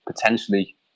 potentially